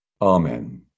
Amen